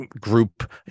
group